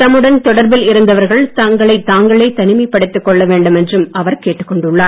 தம்முடன் தொடர்பில் இருந்தவர்கள் தங்களைத் தாங்களே தனிமைப்படுத்திக் கொள்ள வேண்டும் என்றும் அவர் கேட்டுக் கொண்டுள்ளார்